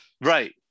Right